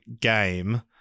game